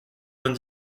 vingt